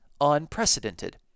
unprecedented